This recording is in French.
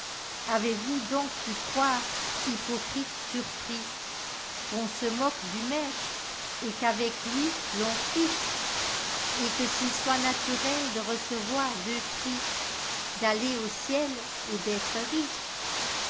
avez-vous donc pu croire hypocrites surprisqu'on se moque du maître et qu'avec lui l'on triche et qu'il soit naturel de recevoir deux prix d'aller au ciel et d'être riche